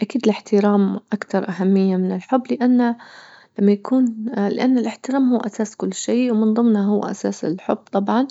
ا أكيد الإحترام أكتر أهمية من الحب لأن لما يكون لأن الإحترام هو أساس كل شي ومن ضمنها هو أساس الحب طبعا